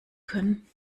können